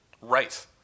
Right